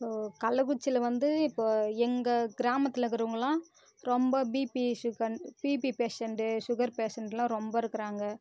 இப்போது கள்ளக்குறிச்சியில் வந்து இப்போ எங்கள் கிராமத்தில் இருக்கறவங்களான் ரொம்ப பிபி சுகன் பிபி பேஷண்ட்டு சுகர் பேஷண்ட்லாம் ரொம்ப இருக்கிறாங்க